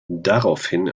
daraufhin